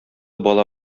бала